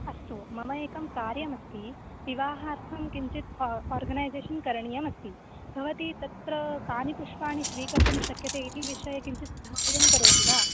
अस्तु मम एकं कार्यम् अस्ति विवाहार्थं किञ्चित् ओर्गनैसेशन् करणीयम् अस्ति भवती तत्र कानि पुष्पाणि स्वीकर्तुं शक्यते इति विषये किञ्चित् सहायं करोति वा